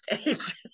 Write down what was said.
stage